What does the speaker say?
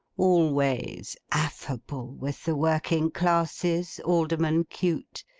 always affable with the working classes, alderman cute!